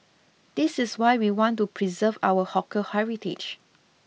this is why we want to preserve our hawker heritage